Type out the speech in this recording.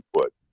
input